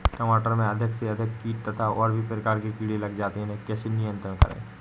टमाटर में अधिक से अधिक कीट तथा और भी प्रकार के कीड़े लग जाते हैं इन्हें कैसे नियंत्रण करें?